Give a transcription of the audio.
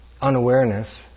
unawareness